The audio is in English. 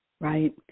Right